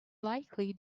likely